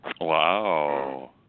Wow